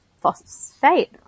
phosphate